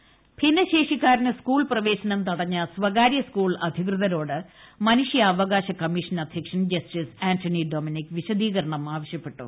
admission ഭിന്നശേഷിക്കാരന് school പ്രവേശനം തടഞ്ഞ സ്വകാര്യ സ്കൂൾ അധികൃതരോട് മനുഷ്യാവകാശ കമ്മീഷൻ അധ്യക്ഷൻ ജസ്റ്റിസ് ആന്റണി ഡൊമിനിക് വിശദീകരണം ആവശ്യപ്പെട്ടു